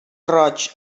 roig